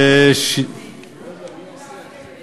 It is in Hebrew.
אדוני היושב-ראש,